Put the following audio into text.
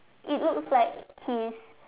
it looks like he is